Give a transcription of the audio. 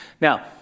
Now